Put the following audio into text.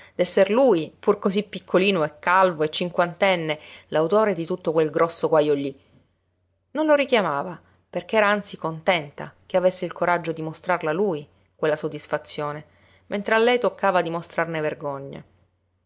d'esser lui pur cosí piccolino e calvo e cinquantenne l'autore di tutto quel grosso guajo lí non lo richiamava perché era anzi contenta che avesse il coraggio di mostrarla lui quella soddisfazione mentre a lei toccava di mostrarne vergogna